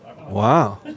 Wow